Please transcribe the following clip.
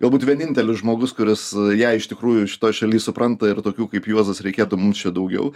galbūt vienintelis žmogus kuris ją iš tikrųjų šitoj šaly supranta ir tokių kaip juozas reikėtų mums čia daugiau